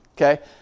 okay